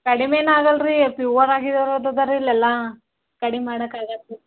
ಕಡಿಮೇನು ಆಗಲ್ಲ ರೀ ಪ್ಯೂವರ್ ಆಗಿರೋ ಇಲ್ಲೆಲ್ಲಾ ಕಡಿಮೆ ಮಾಡಕೆ ಆಗಲ್ಲ ರೀ